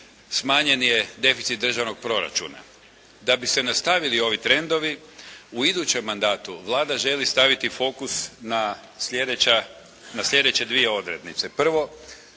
smanjen je deficit državnog proračuna. Da bi se nastavili ovi trendovi u idućem mandatu Vlada želi staviti fokus na slijedeće dvije odrednice. Prvo,